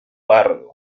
pardo